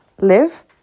live